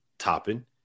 Topping